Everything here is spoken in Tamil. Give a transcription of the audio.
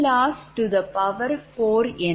0005X 188